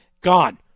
gone